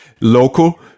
local